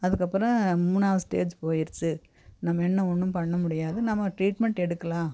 அதுக்கு அப்புறம் மூணாவது ஸ்டேஜ் போயிடுச்சி நம்ம இன்னும் ஒன்றும் பண்ண முடியாது நம்ம டிரீட்மெண்ட் எடுக்கலாம்